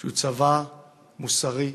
שהוא צבא מוסרי,